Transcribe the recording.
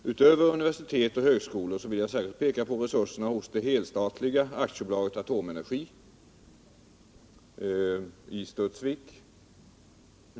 Utöver universitet och högskolor vill jag särskilt peka på resurserna hos det helstatliga AB Atomenergi i Studsvik.